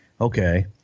okay